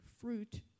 Fruit